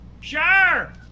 sure